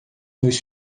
meus